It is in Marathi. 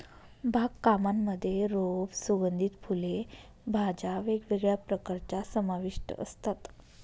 बाग कामांमध्ये रोप, सुगंधित फुले, भाज्या वेगवेगळ्या प्रकारच्या समाविष्ट असतात